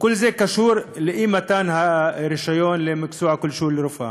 וכל זה קשור לאי-מתן הרישיון למקצוע כלשהו ברפואה.